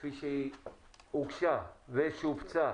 כפי שהוגשה ושופצה